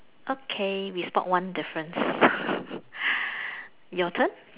okay we spot one difference your turn